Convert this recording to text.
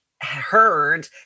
heard